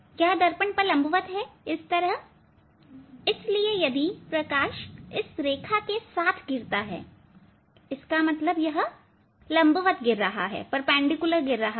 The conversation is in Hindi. यह दर्पण पर लंबवत हैं इसलिए यदि प्रकाश इस रेखा के साथ गिरता है इसका मतलब यह लंबवत गिर रहा है